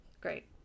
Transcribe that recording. Great